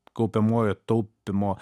kaupiamuojo taupymo